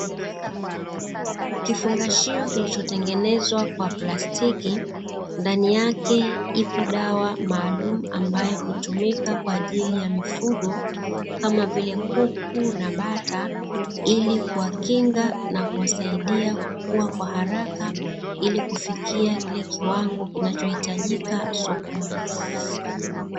Kifungashio kilitengenezwa kwa plastiki. Ndani yake ipo dawa maalumu ambayo hutumika kwa ajili ya mifugo, kama vile kuku na bata, ili kuwakinga na kuwasaidia kukua kwa haraka ili kufikia kile kiwango kinachohitajika sokoni.